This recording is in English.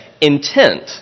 intent